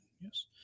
Yes